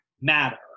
matter